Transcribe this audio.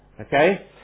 Okay